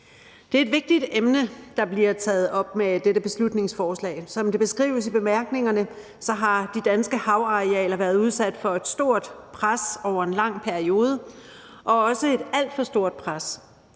Det er et vigtigt emne, der bliver taget op med dette beslutningsforslag. Som det beskrives i bemærkningerne, har det danske havareal været udsat for et stort pres over en lang periode – og også et alt for stort pres.